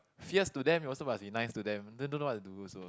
fierce to them you also must be nice to them then don't know what to do also